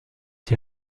die